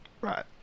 right